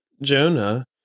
Jonah